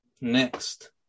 next